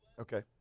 Okay